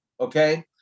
okay